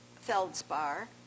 feldspar